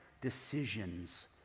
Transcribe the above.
decisions